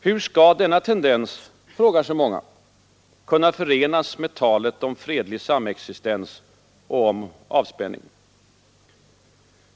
Hur skall denna tendens — frågar sig många — kunna förenas med talet om fredlig samexistens och om avspänning?